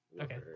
Okay